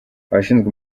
abashinzwe